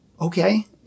okay